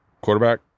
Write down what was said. Quarterback